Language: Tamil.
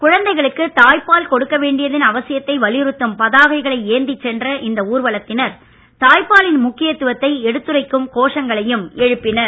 குழந்தைகளுக்கு தாய்ப்பால் கொடுக்க வேண்டியதன் அவசியத்தை வலியுறுத்தும் பதாகைகளை ஏந்திச் சென்ற இந்த ஊர்வலத்தினர் தாய்ப்பாலின் முக்கியத்துவத்தை எடுத்துரைக்கும் கோஷங்களையும் எழுப்பினர்